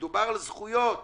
מדובר על זכויות.